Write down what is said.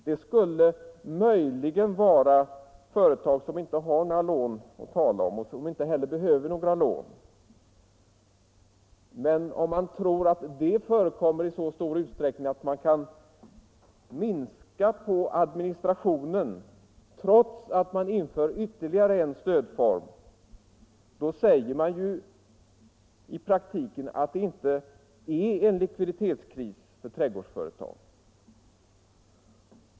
Det skulle möjligen vara företag som inte har några lån att tala om, och som inte heller behöver ta några lån. Men om man tror att det förekommer i så stor utsträckning att man kan minska på administrationen trots att man inför ytterligare en stödform, då säger man ju i praktiken att det inte är någon likviditetskris för trädgårdsföretag.